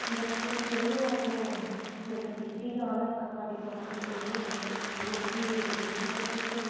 बच्चें गी जेह्ड़े ओह् अपने जेल्लै गिज्झी जान इक बारी लौह्की एज बिच्च गै ते फिर